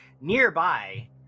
nearby